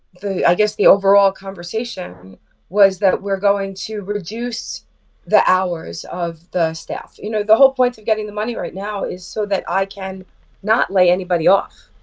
i guess the overall conversation was that we're going to reduce the hours of the staff. you know, the whole point of getting the money right now is so that i can not lay anybody off.